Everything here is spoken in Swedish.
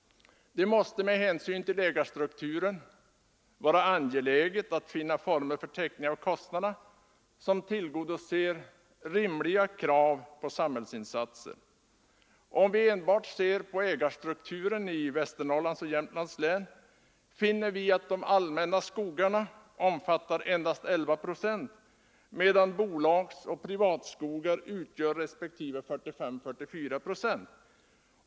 Det måste med hänsyn till ägarstrukturen vara angeläget att finna former för täckning av kostnaderna som tillgodoser rimliga krav på samhällsinsatser. Om vi enbart ser på ägarstrukturen i Västernorrlands och Jämtlands län finner vi att de allmänna skogarna endast omfattar 11 procent, medan bolagsoch privatskogarna utgör 45 respektive 44 procent.